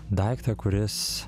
daiktą kuris